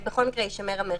אז בכל מקרה יישמר המרחק.